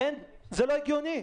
זה לא הגיוני,